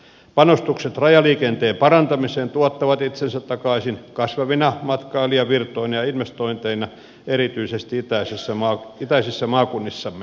panostukset rajaliikenteen parantamiseen tuottavat itsensä takaisin kasvavina matkailijavirtoina ja investointeina erityisesti itäisissä maakunnissamme